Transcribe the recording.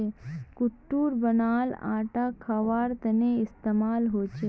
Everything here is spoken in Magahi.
कुट्टूर बनाल आटा खवार तने इस्तेमाल होचे